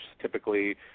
typically